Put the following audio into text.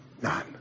None